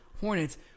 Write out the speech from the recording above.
Hornets